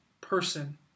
person